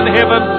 heaven